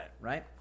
right